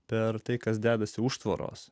per tai kas dedasi už tvoros